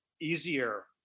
easier